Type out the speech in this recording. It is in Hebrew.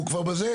הוא כבר בזה,